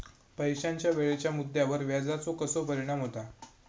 पैशाच्या वेळेच्या मुद्द्यावर व्याजाचो कसो परिणाम होता